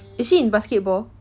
is she in basketball